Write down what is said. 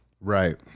Right